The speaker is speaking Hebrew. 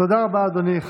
תודה רבה, אדוני.